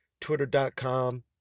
Twitter.com